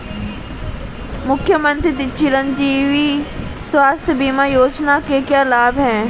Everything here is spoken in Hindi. मुख्यमंत्री चिरंजी स्वास्थ्य बीमा योजना के क्या लाभ हैं?